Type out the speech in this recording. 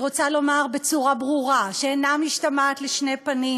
אני רוצה לומר בצורה ברורה שאינה משתמעת לשני פנים,